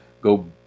go